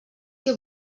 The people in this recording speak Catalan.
què